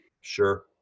Sure